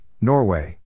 Norway